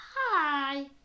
Hi